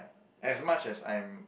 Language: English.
as much as I'm